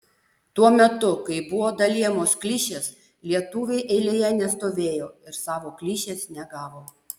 tuo metu kai buvo dalijamos klišės lietuviai eilėje nestovėjo ir savo klišės negavo